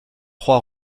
trois